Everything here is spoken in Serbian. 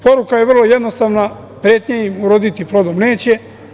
Poruka je vrlo jednostavna – pretnje im uroditi plodom neće.